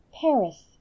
Paris